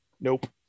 nope